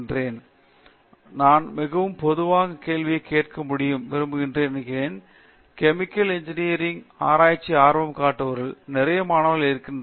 பேராசிரியர் பிரதாப் ஹரிதாஸ் ஆமாம் நான் மிகவும் பொதுவான கேள்வியைக் கேட்டு முடிக்க விரும்புகிறேன் என்று நினைக்கிறேன் கெமிக்கல் இன்ஜினியரிங் ல் ஆராய்ச்சி ஆர்வம் காட்டுபவர்களில் நிறைய மாணவர்கள் இருக்கிறார்கள்